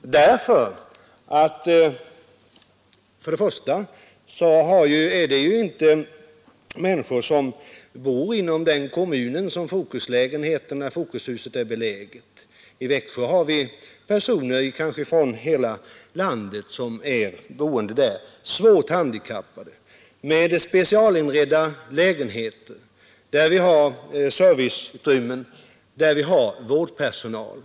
De människor som bor i Fokuslägenheterna är nämligen inte enbart från den kommun där dessa är belägna. I Fokuslägenheterna i Växjö bor t.ex. svårt handikappade människor från hela landet. Lägenheterna är specialinredda med serviceutrymmen, och det finns vårdpersonal.